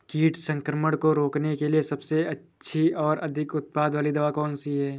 कीट संक्रमण को रोकने के लिए सबसे अच्छी और अधिक उत्पाद वाली दवा कौन सी है?